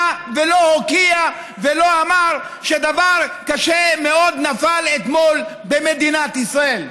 ולא הוקיע ולא אמר שדבר קשה מאוד נפל אתמול במדינת ישראל?